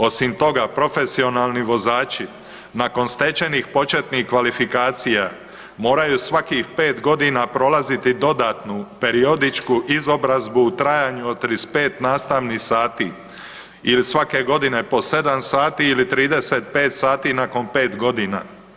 Osim toga, profesionalni vozači nakon stečenih početnih kvalifikacija moraju svakih pet godina prolaziti dodatnu periodičku izobrazbu u trajanju od 35 nastavnih sati ili svake godine po 7 sati ili 35 sati nakon 5 godina.